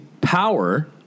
power